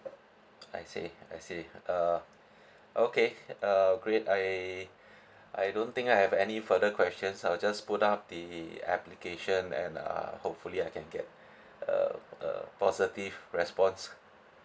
I see I see uh okay uh great I I don't think I have any further questions I'll just put up the application and uh hopefully I can get a a positive response